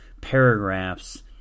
paragraphs